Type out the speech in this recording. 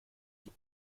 die